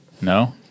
No